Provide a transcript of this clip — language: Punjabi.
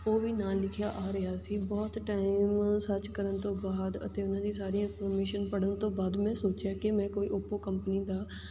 ਉਹ ਵੀ ਨਾਲ ਲਿਖਿਆ ਆ ਰਿਹਾ ਸੀ ਬਹੁਤ ਟਾਈਮ ਸਰਚ ਕਰਨ ਤੋਂ ਬਾਅਦ ਅਤੇ ਉਹਨਾਂ ਦੀ ਸਾਰੀਆਂ ਪਰਮਿਸ਼ਨ ਪੜ੍ਹਨ ਤੋਂ ਬਾਅਦ ਮੈਂ ਸੋਚਿਆ ਕਿ ਮੈਂ ਕੋਈ ਉਪੋ ਕੰਪਨੀ ਦਾ